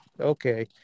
Okay